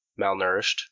Malnourished